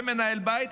זה מנהל בית,